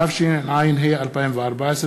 התשע"ה 2014,